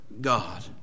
God